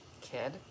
kid